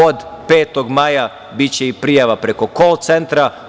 Od 5. maja biće i prijava preko kol centra.